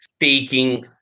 taking